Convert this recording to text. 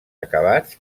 acabats